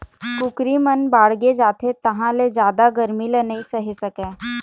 कुकरी मन बाड़गे जाथे तहाँ ले जादा गरमी ल नइ सहे सकय